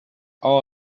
all